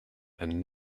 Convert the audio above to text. and